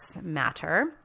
matter